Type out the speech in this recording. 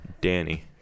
Danny